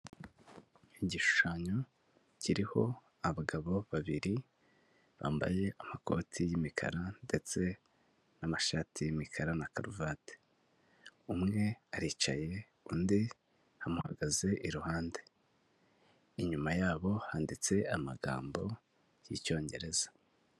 Igishushanyo kiriho abagabo babiri bambaye amakoti y'imikara ndetse n'amashati y'imikara na karuvati. Umwe aricaye undi amuhagaze iruhande, inyuma y'abo handitse amagambo y'icyongereza.